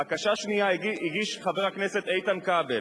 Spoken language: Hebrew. בקשה שנייה הגיש חבר הכנסת איתן כבל,